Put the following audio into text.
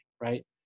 right